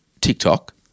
TikTok